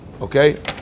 Okay